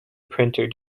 printer